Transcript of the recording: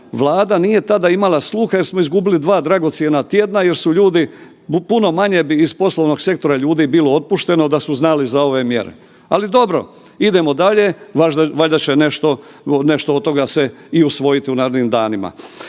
Vlada nije tada imala sluha jer smo izgubili dva dragocjena tjedna jer su ljudi, puno manje bi iz poslovnog sektora ljudi bilo otpušteno da su znali za ove mjere. Ali dobro, idemo dalje, valjda nešto, nešto od toga se i usvojiti u narednim danima.